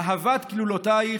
אהבת כלולתיך,